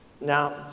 Now